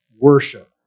worship